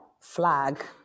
flag